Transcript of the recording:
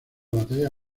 batalla